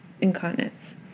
incontinence